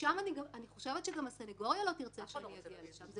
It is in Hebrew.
אני חושבת שגם הסנגוריה לא תרצה שאני אגיע לשם.